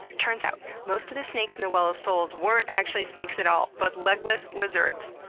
turns out, most of the snakes in the well of souls weren't actually snakes at all, but legless lizards.